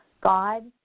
God